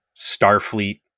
Starfleet